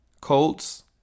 Colts